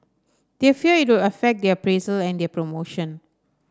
they fear it will affect their appraisal and their promotion